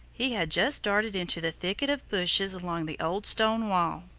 he had just darted into the thicket of bushes along the old stone wall.